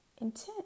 intent